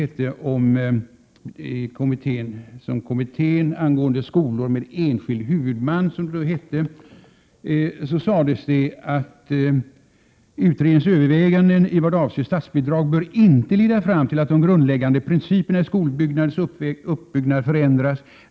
I direktiven för kommittén angående skolor med enskild huvudman, som det hette, sades det: ”Utredningens överväganden i vad avser statsbidrag bör inte leda fram till att de grundläggande principerna i skolväsendets uppbyggnad förändras.